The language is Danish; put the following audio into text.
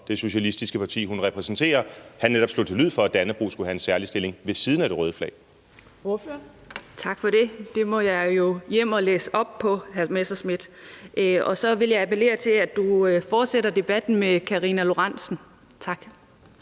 det socialistiske parti, hun repræsenterer – altså netop slog til lyd for, at Dannebrog skulle have en særlig stilling ved siden af det røde flag.